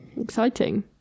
Exciting